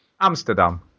Amsterdam